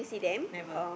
never